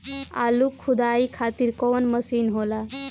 आलू खुदाई खातिर कवन मशीन होला?